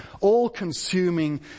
all-consuming